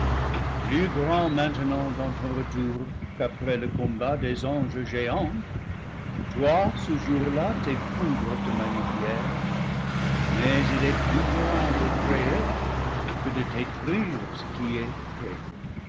plus grand maintenant dans ton retour qu'après le combat des anges géants toi ce jour-là tes foudres te magni fièrent mais il est plus grand de créer que de détruire ce qui est créé